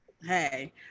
Hey